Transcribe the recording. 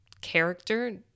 character